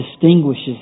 distinguishes